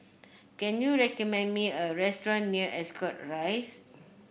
can you recommend me a restaurant near Ascot Rise